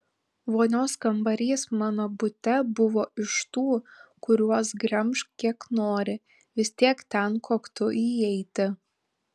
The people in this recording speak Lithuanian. vonios kambarys mano bute buvo iš tų kuriuos gremžk kiek nori vis tiek ten koktu įeiti